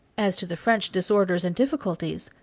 as to the french disorders and difficulties,